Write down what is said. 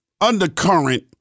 undercurrent